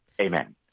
Amen